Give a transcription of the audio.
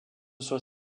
soit